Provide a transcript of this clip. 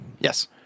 Yes